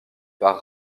par